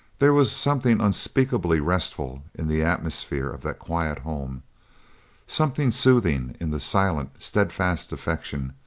there was something unspeakably restful in the atmosphere of that quiet home something soothing in the silent, steadfast affection,